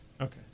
Okay